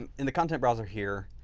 um in the content browser here,